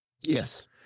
Yes